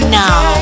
now